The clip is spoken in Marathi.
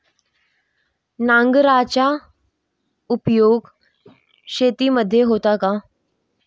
नांगराचा उपयोग शेतीमध्ये होतो का?